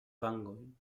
vangojn